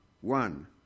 one